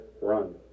run